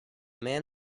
man